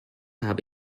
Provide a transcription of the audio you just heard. habe